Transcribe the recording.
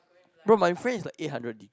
bro my friend is like eight hundred gig